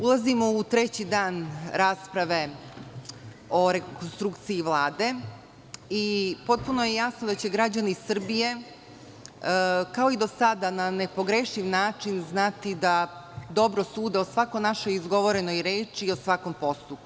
Ulazimo u treći dan rasprave o rekonstrukciji Vlade i potpuno je jasno da će građani Srbije, kao i do sada, na nepogrešiv način znati da dobro sude o svakoj našoj izgovorenoj reči i o svakom postupku.